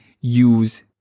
use